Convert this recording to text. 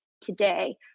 today